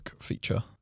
feature